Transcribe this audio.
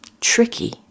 tricky